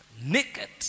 naked